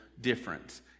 difference